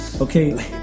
okay